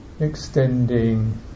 Extending